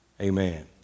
amen